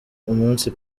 umunsi